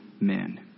men